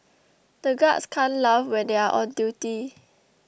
the guards can't laugh when they are on duty